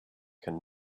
can